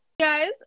guys